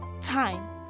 Time